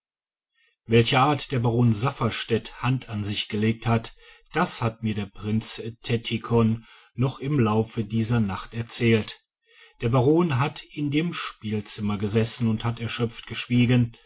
münchen welcherart der baron safferstätt hand an sich gelegt hat das hat mir der prinz tettikon noch im lauf dieser nacht erzählt der baron hat in dem spielzimmer gesessen und hat erschöpft geschwiegen